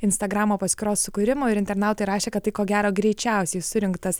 instagramo paskyros sukūrimo ir internautai rašė kad tai ko gero greičiausiai surinktas